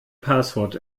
passwort